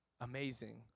amazing